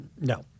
No